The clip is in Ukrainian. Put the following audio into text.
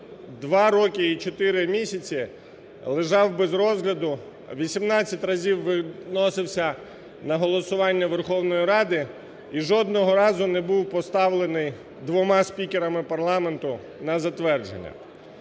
2 роки і 4 місяці лежав без розгляду, 18 разів виносився на голосування Верховної Ради і жодного разу не був поставлений двома спікерами парламенту на затвердження.